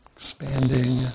expanding